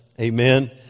Amen